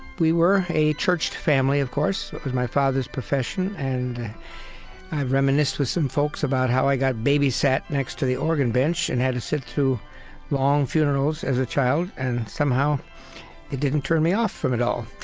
we were a churched family, of course, it was my father's profession, and i've reminisced with some folks about how i got babysat next to the organ bench and had to sit through long funerals as a child, and somehow it didn't turn me off from it all.